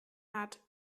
hat